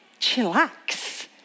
chillax